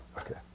Okay